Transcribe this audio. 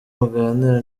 muganira